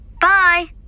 Bye